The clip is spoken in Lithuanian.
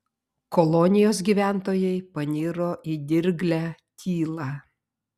kolonijos gyventojai paniro į dirglią tylą